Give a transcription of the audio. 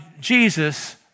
Jesus